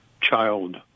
child